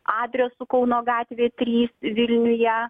adresu kauno gatvė trys vilniuje